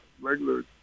regular